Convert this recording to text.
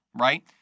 right